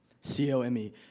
C-O-M-E